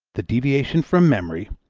the deviation from memory,